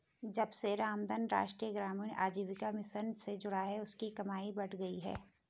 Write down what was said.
जब से रामधन राष्ट्रीय ग्रामीण आजीविका मिशन से जुड़ा है उसकी कमाई बढ़ गयी है